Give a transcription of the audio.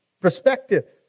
perspective